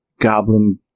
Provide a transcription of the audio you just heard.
Goblin